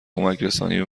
کمکرسانی